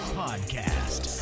podcast